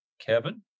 Kevin